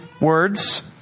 words